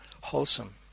wholesome